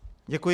Děkuji.